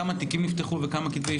כמה תיקים נפתחו וכמה תיקי אישום?